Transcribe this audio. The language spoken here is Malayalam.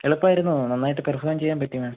എളുപ്പം ആയിരുന്നു നന്നായിട്ട് പെർഫോമ് ചെയ്യാൻ പറ്റി മാം